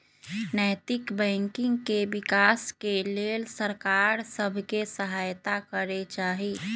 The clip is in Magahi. नैतिक बैंकिंग के विकास के लेल सरकार सभ के सहायत करे चाही